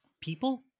people